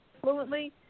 fluently